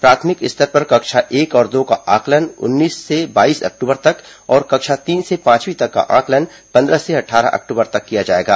प्राथमिक स्तर पर कक्षा एक और दो का आंकलन उन्नीस से बाईस अक्टूबर तक और कक्षा तीन से पांचवीं तक का आंकलन पंद्रह से अट्ठारह अक्टूबर तक किया जाएगा